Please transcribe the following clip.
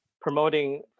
promoting